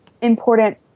important